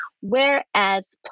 Whereas